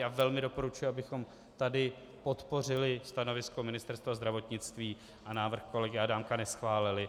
A velmi doporučuji, abychom tady podpořili stanovisko Ministerstva zdravotnictví a návrh kolegy Adámka neschválili.